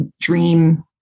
dream